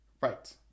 Right